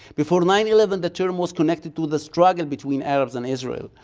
before nine eleven, the term was connected to the struggle between arabs and israel.